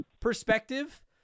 perspective